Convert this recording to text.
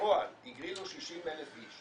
ובפועל הגרילו 60,000 איש.